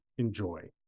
enjoy